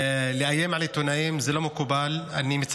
לאיים על עיתונאים, זה לא מקובל.